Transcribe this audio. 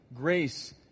grace